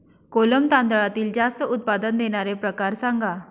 कोलम तांदळातील जास्त उत्पादन देणारे प्रकार सांगा